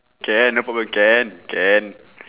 can no problem can can